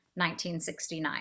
1969